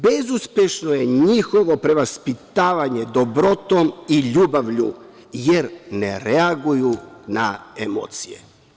Bezuspešno je njihovo prevaspitavanje dobrotom i ljubavlju jer ne reaguju na emocije.